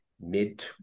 mid